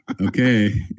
okay